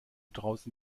draußen